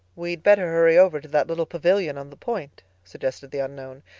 we'd better hurry over to that little pavillion on the point, suggested the unknown.